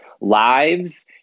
lives